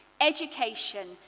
Education